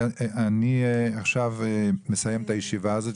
אני עכשיו מסיים את הישיבה הזאת.